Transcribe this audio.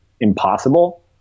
impossible